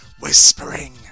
whispering